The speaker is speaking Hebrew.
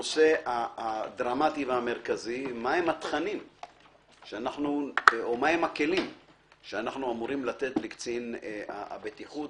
הנושא הדרמטי והמרכזי - מהם הכלים שאנחנו אמורים לתת לקצין הבטיחות,